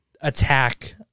attack